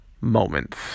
Moments